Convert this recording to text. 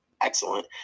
excellent